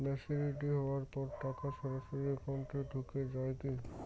Maturity হওয়ার পর টাকা সরাসরি একাউন্ট এ ঢুকে য়ায় কি?